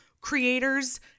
creators